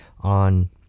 on